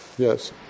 Yes